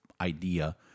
idea